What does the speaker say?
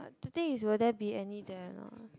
the thing is will there be any there or not